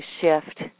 shift